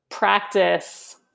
Practice